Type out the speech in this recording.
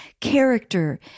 character